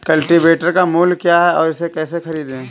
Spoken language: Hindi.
कल्टीवेटर का मूल्य क्या है और इसे कैसे खरीदें?